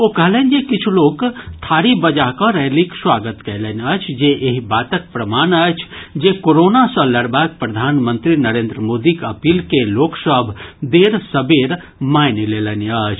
ओ कहलनि जे किछु लोक थारी बजा कऽ रैलीक स्वागत कयलनि अछि जे एहि बातक प्रमाण अछि जे कोरोना सँ लड़बाक प्रधानमंत्री नरेंद्र मोदीक अपील के लोक सभ देर सबेर मानि लेलनि अछि